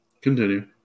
continue